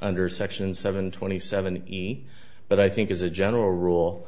under section seven twenty seven he but i think as a general rule